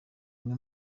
umwe